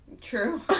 True